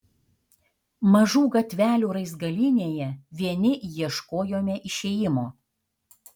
mažų gatvelių raizgalynėje vieni ieškojome išėjimo